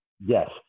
Yes